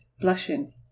blushing